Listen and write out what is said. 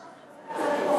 זה.